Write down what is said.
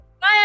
Bye